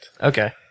Okay